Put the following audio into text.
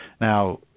Now